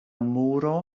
muro